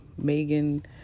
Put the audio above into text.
Megan